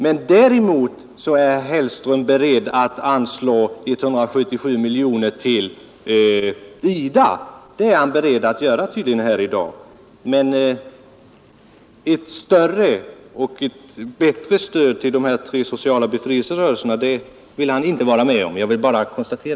Men däremot är herr Hellström tydligen i dag beredd att anslå 177 miljoner kronor till IDA. Jag konstaterar att herr Hellström inte är med på att ge ett större och bättre stöd till dessa sociala befrielserörelser.